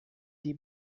die